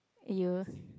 !aiyo!